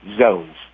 zones